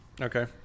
okay